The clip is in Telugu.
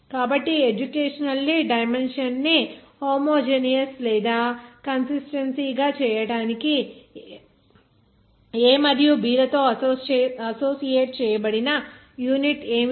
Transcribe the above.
కాబట్టి ఎడ్యుకేషనల్లి డైమెన్షన్ ని హూమోజేనియస్ గా లేదా కన్సిస్టెన్సీ గా చేయడానికి a మరియు b లతో అసోసియేట్ చేయబడిన యూనిట్ ఏమిటి